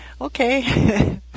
okay